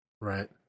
Right